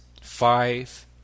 five